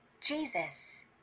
Jesus